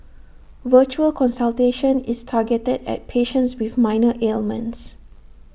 virtual consultation is targeted at patients with minor ailments